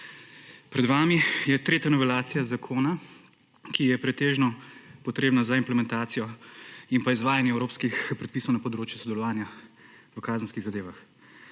Pred vami je tretja novelacija zakona, ki je pretežno potrebna za implementacijo in izvajanje evropskih predpisov na področju sodelovanja v kazenskih zadevah.